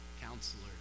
Counselor